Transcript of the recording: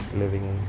living